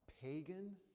pagan